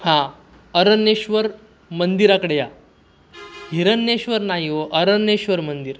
हां अरण्येश्वर मंदिराकडे या हिरण्येश्वर नाही हो अरण्येश्वर मंदिर